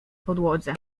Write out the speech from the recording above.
podłodze